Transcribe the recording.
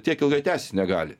tiek ilgai tęstis negali